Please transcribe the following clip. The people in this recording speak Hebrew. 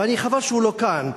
חבל שהוא לא כאן,